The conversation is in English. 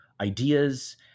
ideas